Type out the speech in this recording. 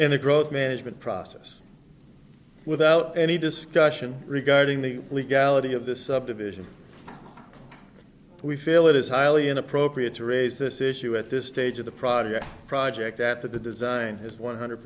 and the growth management process without any discussion regarding the legality of this subdivision we feel it is highly inappropriate to raise this issue at this stage of the product project at the design is one hundred